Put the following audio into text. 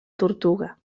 tortuga